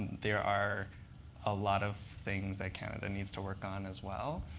there are a lot of things that canada needs to work on as well